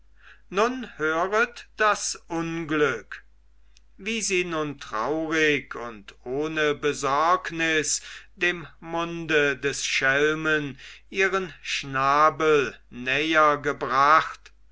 nun höret das unglück wie sie nun traurig und ohne besorgnis dem munde des schelmen ihren schnabel näher gebracht